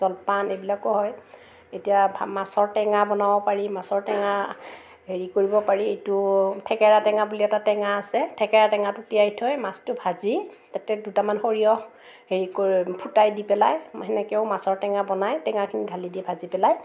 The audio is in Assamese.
জলপান এইবিলাকো হয় এতিয়া মাছৰ টেঙা বনাব পাৰি মাছৰ টেঙা হেৰি কৰিব পাৰি এইটো ঠেকেৰা টেঙা বুলি এটা টেঙা আছে ঠেকেৰা টেঙাটো তিয়াই থৈ মাছটো ভাজি তাতে দুটামান সৰিয়হ হেৰি ফুটাই দি পেলাই সেনেকেও মাছৰ টেঙা বনাই টেঙাখিনি ঢালি দি ভাজি পেলাই